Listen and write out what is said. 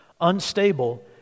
unstable